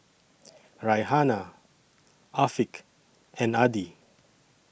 Raihana Afiq and Adi